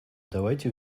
давайте